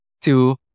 two